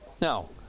Now